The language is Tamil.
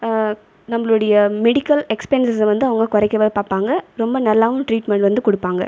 நம்பளுடைய மெடிக்கல் எக்ஸ்பென்செஸ்ஸை வந்து அவங்க குறைக்கவும் பார்ப்பாங்க ரொம்ப நல்லாவும் டிரீட்மென்ட் வந்து கொடுப்பாங்க